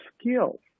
skills